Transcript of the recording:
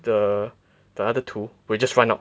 the the other two will just run out